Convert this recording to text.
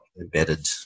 embedded